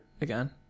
again